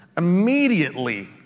Immediately